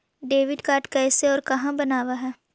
Debit card कैसे और कहां से बनाबे है?